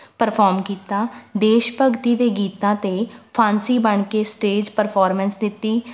perform ਕੀਤਾ ਦੇਸ਼ ਭਗਤੀ ਦੇ ਗੀਤਾਂ 'ਤੇ ਫਾਂਸੀ ਬਣ ਕੇ ਸਟੇਜ ਪ੍ਰਫੋਰਮੈਂਸ ਦਿੱਤੀ